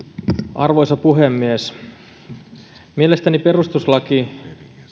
arvoisa puhemies mielestäni perustuslaki